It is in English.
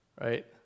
Right